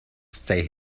stay